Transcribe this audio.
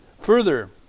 Further